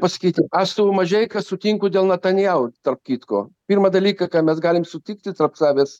pasakyti aš su mažeika sutinku dėl natanjahu tarp kitko pirmą dalyką ką mes galim sutikti tarp savęs